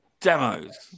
demos